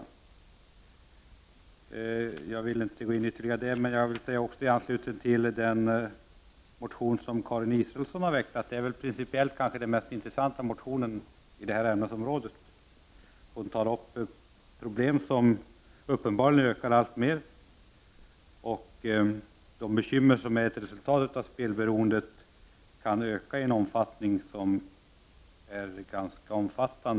Men jag skall inte ytterligare gå in på den saken. Den motion som Karin Israelsson har väckt är kanske den principiellt sett mest intressanta motionen på detta ämnesområde. Hon tar upp de problem som uppenbarligen ökar alltmer och de bekymmer som är ett resultat av spelberoendet och som kan få en ganska stor omfattning.